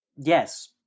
Yes